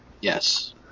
Yes